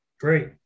Great